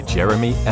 Jeremy